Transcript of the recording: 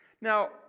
Now